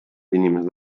inimesed